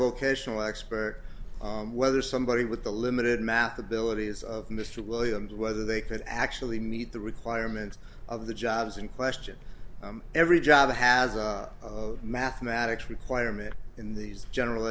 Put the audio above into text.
vocational expert whether somebody with the limited math abilities of mr williams whether they could actually meet the requirements of the jobs in question every job has a mathematics requirement in these general